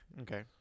okay